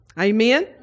Amen